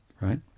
right